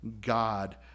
God